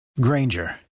granger